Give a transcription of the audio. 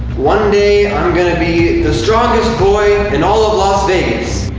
one day, i'm going to be the strongest boy in all of las vegas.